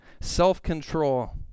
self-control